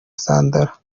sandra